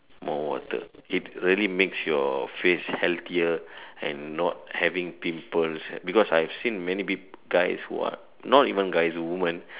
more water it really makes your face healthier and not having pimple because I've seen many big guys who are not even guys women